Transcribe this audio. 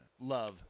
love